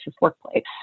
workplace